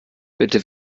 bitte